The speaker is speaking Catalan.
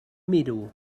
miro